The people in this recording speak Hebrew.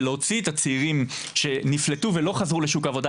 להוציא את הצעירים שנפלטו ולא חזרו לשוק העבודה,